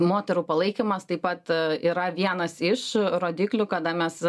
moterų palaikymas taip pat yra vienas iš rodiklių kada mes